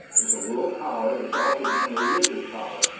is a world power, that's also become a religious power.